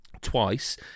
twice